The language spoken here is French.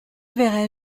verrai